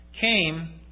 came